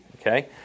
okay